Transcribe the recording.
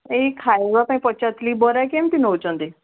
ଏଇ ଖାଇବା ପାଇଁ ପଚାରୁଥିଲି ବରା କେମିତି ନଉଛନ୍ତି